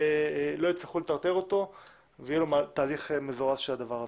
לא יצטרכו לטרטר אותו ויהיה לו תהליך מזורז של הדבר הזה.